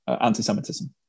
anti-Semitism